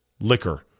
liquor